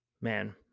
man